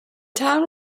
town